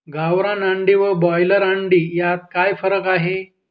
गावरान अंडी व ब्रॉयलर अंडी यात काय फरक आहे?